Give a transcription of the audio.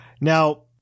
Now